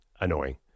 annoying